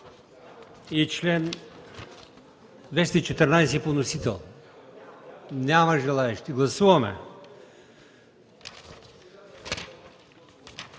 и чл. 214 по вносител? Няма желаещи. Гласуваме